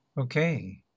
Okay